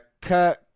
kurt